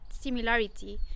similarity